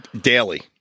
Daily